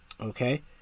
okay